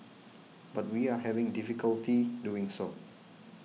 but we are having difficulty doing so